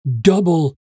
double